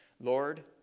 Lord